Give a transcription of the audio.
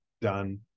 done